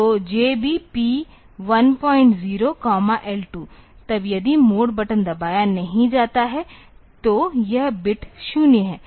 तो JB P10 L2 तब यदि मोड बटन दबाया नहीं जाता है तो यह बिट 0 है